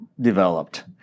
developed